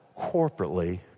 corporately